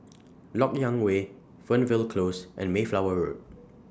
Lok Yang Way Fernvale Close and Mayflower Road